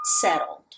settled